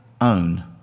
own